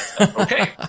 Okay